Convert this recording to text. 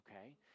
okay